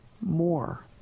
more